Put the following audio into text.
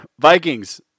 Vikings